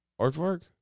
artwork